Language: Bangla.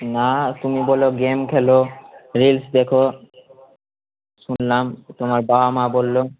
না তুমি বলো গেম খেলো রিলস দেখো শুনলাম তোমার বাবা মা বললো